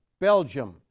Belgium